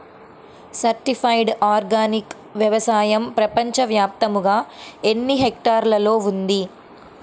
Certified organic వ్యవసాయం ప్రపంచ వ్యాప్తముగా ఎన్నిహెక్టర్లలో ఉంది?